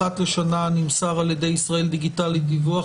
אחת לשנה נמסר על-ידי ישראל דיגיטלית דיווח